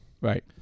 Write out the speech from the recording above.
Right